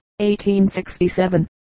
1867